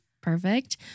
perfect